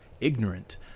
ignorant